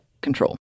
control